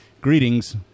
Greetings